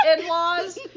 in-laws